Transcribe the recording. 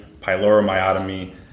pyloromyotomy